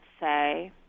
say